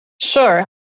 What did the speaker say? Sure